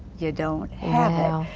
you don't have